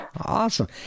Awesome